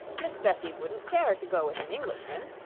miss bessie wouldn't care to go with an englishman!